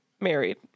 married